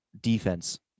defense